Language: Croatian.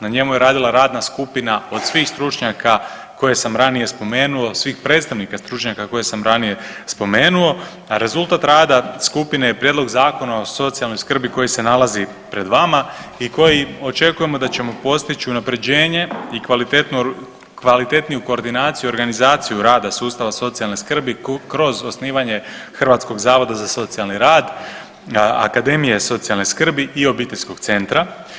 Na njemu je radila radna skupina od svih stručnjaka koje sam ranije spomenuo, svih predstavnika stručnjaka koje sam ranije spomenuo, a rezultat rada skupine je prijedlog Zakona o socijalnoj skrbi koji se nalazi pred vama i koji očekujemo da ćemo postić unapređenje i kvalitetno, kvalitetniju koordinaciju i organizaciju rada sustava socijalne skrbi kroz osnivanje Hrvatskog zavoda za socijalni rad, Akademije socijalne skrbi i Obiteljskog centra.